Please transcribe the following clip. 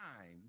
time